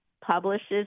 publishes